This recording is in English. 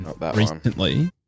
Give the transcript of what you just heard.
recently